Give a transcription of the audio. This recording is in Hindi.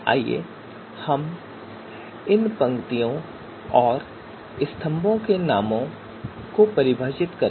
आइए हम इन पंक्तियों और स्तंभों के नामों को भी परिभाषित करें